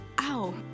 Ow